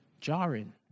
jarring